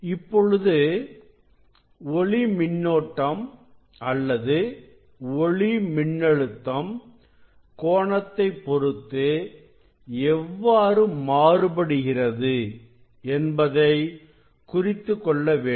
இப்பொழுது ஒளி மின்னோட்டம் அல்லது ஒளி மின்னழுத்தம் கோணத்தை பொறுத்து எவ்வாறு மாறுபடுகிறது என்பதை குறித்துக்கொள்ள வேண்டும்